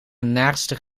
naarstig